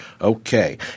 Okay